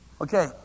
Okay